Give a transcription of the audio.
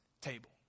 table